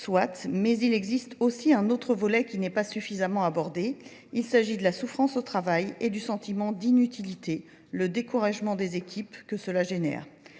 Soit, mais il existe aussi un autre volet qui n'est pas suffisamment abordé, il s'agit de la souffrance au travail et du sentiment d'inutilité, le découragement des équipes que cela génère.